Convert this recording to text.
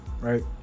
right